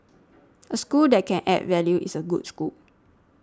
a school that can add value is a good school